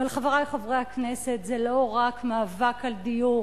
אבל, חברי חברי הכנסת, זה לא רק מאבק על דיור.